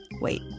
Wait